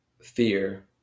fear